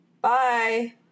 Bye